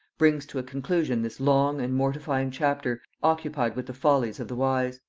brings to a conclusion this long and mortifying chapter, occupied with the follies of the wise.